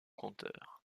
compteur